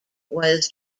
was